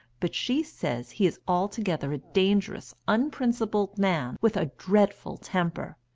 but she says he is altogether a dangerous, unprincipled man with a dreadful temper.